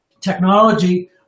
technology